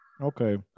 okay